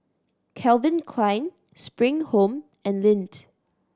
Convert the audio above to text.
Calvin Klein Spring Home and Lindt